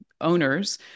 owners